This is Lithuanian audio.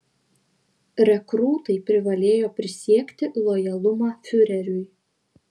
rekrūtai privalėjo prisiekti lojalumą fiureriui